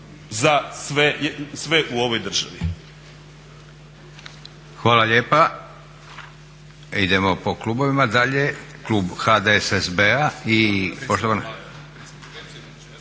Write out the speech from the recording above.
za sve u ovoj državi.